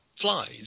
flies